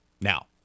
now